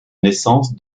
naissance